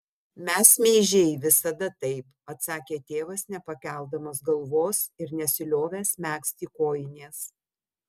mes meižiai visada taip atsakė tėvas nepakeldamas galvos ir nesiliovęs megzti kojinės